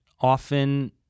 often